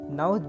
now